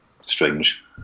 Strange